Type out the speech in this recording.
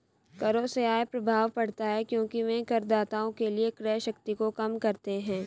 करों से आय प्रभाव पड़ता है क्योंकि वे करदाताओं के लिए क्रय शक्ति को कम करते हैं